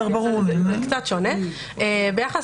ביחס